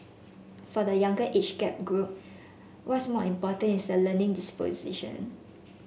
for the younger age gap group what's more important is the learning disposition